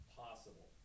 possible